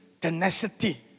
tenacity